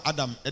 Adam